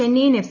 Chennaiyin F